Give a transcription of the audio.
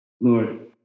lord